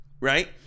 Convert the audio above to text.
Right